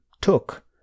took